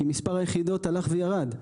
כי מספר היחידות הלך וירד,